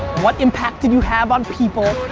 what impact did you have on people?